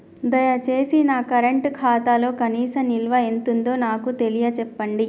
దయచేసి నా కరెంట్ ఖాతాలో కనీస నిల్వ ఎంతుందో నాకు తెలియచెప్పండి